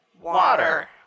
water